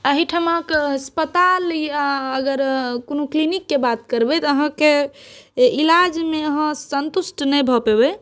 एहिठमाक अस्पताल अगर कोनो क्लीनिकके बात करबै तऽ अहाँके इलाजमे अहाँ संतुष्ट नहि भऽ पेबै